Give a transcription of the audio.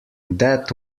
that